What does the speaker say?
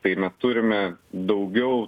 tai mes turime daugiau